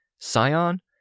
Sion